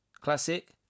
Classic